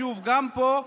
גם פה,